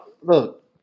look